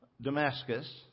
Damascus